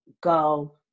go